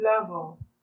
level